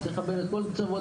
צריך לקבל את כל הקצוות,